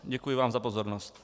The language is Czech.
Děkuji vám za pozornost.